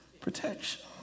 protection